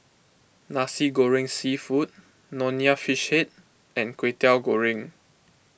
Nasi Goreng Seafood Nonya Fish Head and Kwetiau Goreng